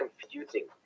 confusing